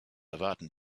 erwarten